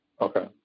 Okay